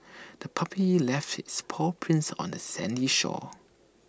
the puppy left its paw prints on the sandy shore